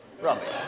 Rubbish